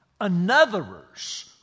Anotherers